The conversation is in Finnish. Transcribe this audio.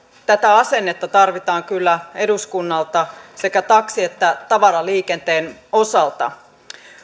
tätä asennetta tarvitaan kyllä eduskunnalta sekä taksi että tavaraliikenteen osalta